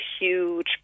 huge